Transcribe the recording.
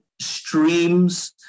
streams